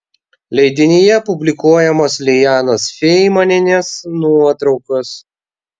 leidinyje publikuojamos lijanos feimanienės nuotraukos